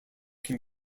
can